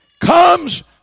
Comes